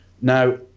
now